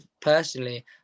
personally